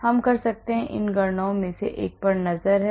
हम कर सकते हैं इन गणनाओं में से एक पर नज़र है